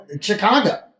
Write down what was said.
Chicago